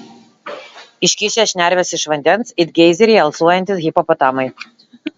iškišę šnerves iš vandens it geizeriai alsuojantys hipopotamai